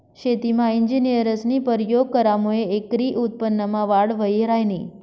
शेतीमा इंजिनियरस्नी परयोग करामुये एकरी उत्पन्नमा वाढ व्हयी ह्रायनी